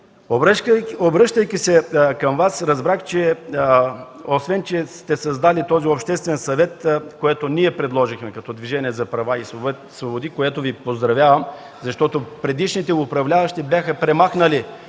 Обръщайки се към Вас, разбрах, че освен че сте създали този обществен съвет, който ние предложихме – Движението за права и свободи, за което Ви поздравявам, защото предишните управляващи го бяха премахнали